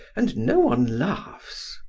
and no one laughs.